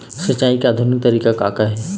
सिचाई के आधुनिक तरीका का का हे?